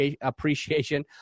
appreciation